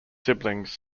siblings